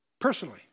Personally